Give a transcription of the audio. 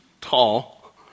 tall